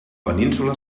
península